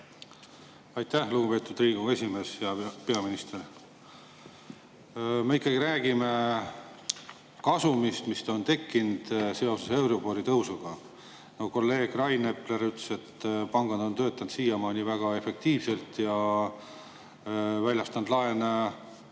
Aitäh, lugupeetud Riigikogu esimees! Hea peaminister! Me ikkagi räägime kasumist, mis on tekkinud seoses euribori tõusuga. Nagu kolleeg Rain Epler ütles, pangad on töötanud siiamaani väga efektiivselt ja väljastanud laene